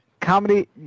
comedy